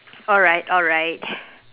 alright alright